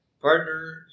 partner